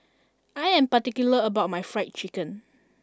I am particular about my Fried Chicken